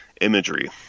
imagery